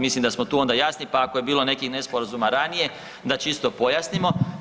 Mislim da smo tu onda jasni, pa ako je bilo nekih nesporazuma ranije da čisto pojasnimo.